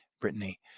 brittany